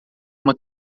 uma